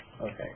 Okay